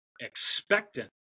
expectant